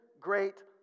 great